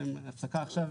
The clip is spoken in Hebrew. ניתן להם הפסקה עכשיו,